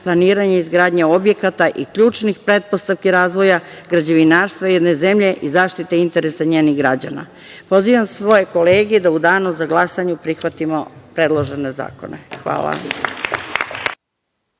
planiranja i izgradnje objekata i ključnih pretpostavki razvoja građevinarstva jedne zemlje i zaštite interesa njenih građana. Pozivam svoje kolege da u Danu za glasanje prihvatimo predložene zakone. Hvala.